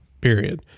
period